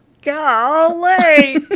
Golly